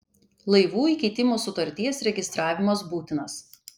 laivų įkeitimo sutarties registravimas būtinas